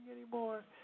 anymore